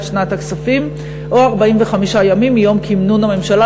שנת הכספים או 45 ימים מיום כינון הממשלה,